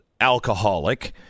alcoholic